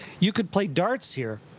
you could play darts here,